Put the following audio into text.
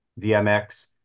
VMX